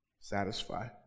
satisfy